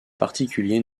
particuliers